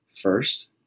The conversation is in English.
first